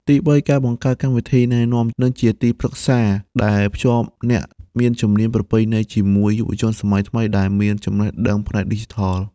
ទីបី ការបង្កើតកម្មវិធីណែនាំនិងជាទីប្រឹក្សា ដែលភ្ជាប់អ្នកមានជំនាញប្រពៃណីជាមួយយុវជនជំនាន់ថ្មីដែលមានចំណេះដឹងផ្នែកឌីជីថល។